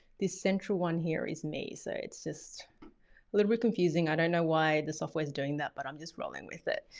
this central one here is me. so it's just a little bit confusing. i don't know why the software is doing that, but i'm just rolling with it.